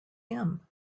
him